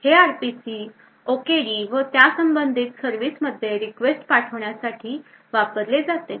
हे RPCOKD व त्या संबंधित सर्विस मध्ये request पाठविण्यासाठी वापरले जाते